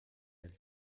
dels